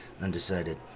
undecided